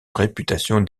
réputation